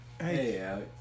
Hey